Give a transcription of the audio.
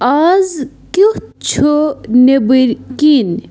آز کیُتھ چھُ نیٚبٕرۍ کِنۍ